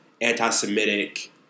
anti-Semitic